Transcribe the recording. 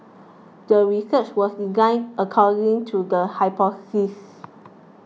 the research was designed according to the hypothesis